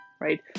right